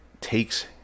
takes